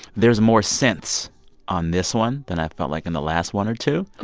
there's more synths on this one than i felt like in the last one or two. oh.